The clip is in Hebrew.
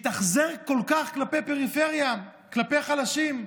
שהתאכזר כל כך כלפי הפריפריה, כלפי חלשים.